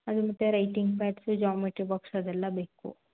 ಅದು ಮತ್ತು writing pads geometry box ಅದೆಲ್ಲ ಬೇಕು